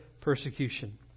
persecution